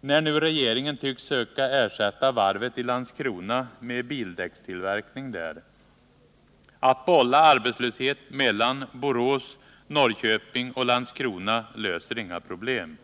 när nu regeringen tycks söka ersätta varvet i Landskrona med bildäckstillverkning där. Att bolla arbetslöshet mellan Borås, Norrköping och Landskrona löser inga problem.